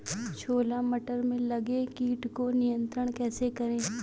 छोला मटर में लगे कीट को नियंत्रण कैसे करें?